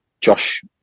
Josh